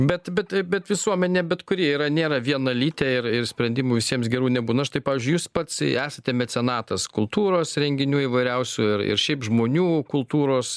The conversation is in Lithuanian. bet bet bet visuomenė bet kuri yra nėra vienalytė ir ir sprendimų visiems gerų nebūna štai pavyzdžiui jūs pats esate mecenatas kultūros renginių įvairiausių ir ir šiaip žmonių kultūros